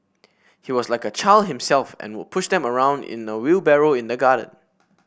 he was like a child himself and would push them around in a wheelbarrow in the garden